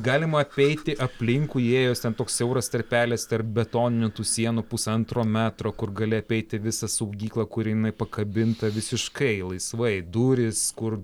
galima apeiti aplinkui įėjus ten toks siauras tarpelis tarp betoninių tų sienų pusantro metro kur gali apeiti visą saugyklą kuri pakabinta visiškai laisvai durys kur